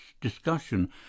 discussion